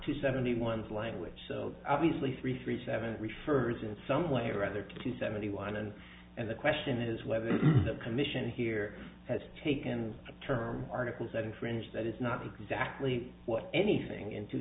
seventy one language so obviously three three seven refers in some way or other to seventy one and and the question is whether the commission here has taken term articles that infringe that is not exactly what anything into